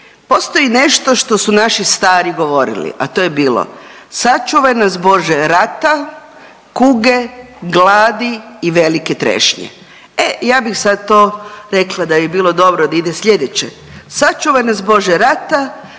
Postoji nešto što su naši stari govorili, a to je bilo sačuvaj nas Bože rata, kuge, gladi i velike trešnje, e ja bi sad to rekla da bi bilo dobro da ide sljedeće,